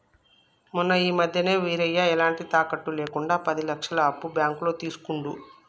మొన్న ఈ మధ్యనే వీరయ్య ఎలాంటి తాకట్టు లేకుండా పది లక్షల అప్పు బ్యాంకులో తీసుకుండు